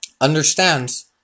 understands